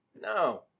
No